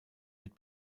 mit